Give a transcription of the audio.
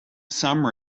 some